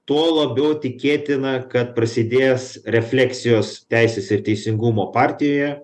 tuo labiau tikėtina kad prasidės refleksijos teisės ir teisingumo partijoje